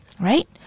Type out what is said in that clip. Right